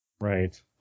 Right